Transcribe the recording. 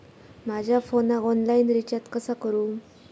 माझ्या फोनाक online recharge कसा करू?